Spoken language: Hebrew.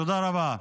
תודה רבה.